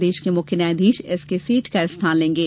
प्रदेश के मुख्य न्यायाधीश एसके सेठ का स्थान लेंगे